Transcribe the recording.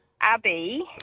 Abby